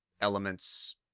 elements